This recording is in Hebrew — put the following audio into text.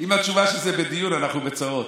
אם התשובה שזה בדיון, אנחנו בצרות.